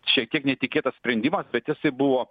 šiek tiek netikėtas sprendimas bet jisai buvo